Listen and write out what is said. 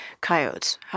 coyotes